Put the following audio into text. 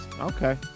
Okay